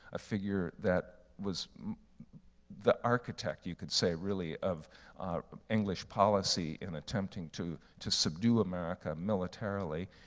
a figure that was the architect you could say really of english policy in attempting to to subdue america militarily.